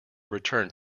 return